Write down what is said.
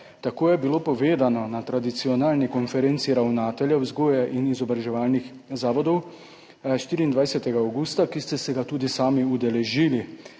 Tako je bilo povedano na tradicionalni konferenci ravnateljev vzgojno-izobraževalnih zavodov 24. avgusta, ki ste se je tudi sami udeležili.